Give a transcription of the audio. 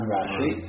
Rashi